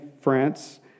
France